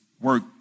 work